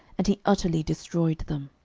and he utterly destroyed them,